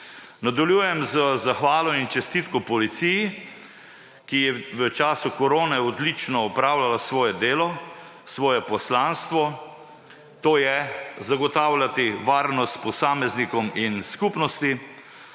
Nadaljujem z zahvalo in čestitko policiji, ki je v času korone odlično opravljala svoje delo, svoje poslanstvo, to je zagotavljati varnost posameznikom in skupnosti,